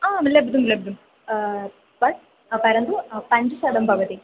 हा लब्धुं लब्धुं पट् परन्तु पञ्चशतं भवति